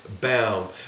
bound